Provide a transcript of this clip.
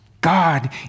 God